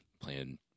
playing